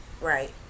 Right